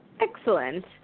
Excellent